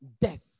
death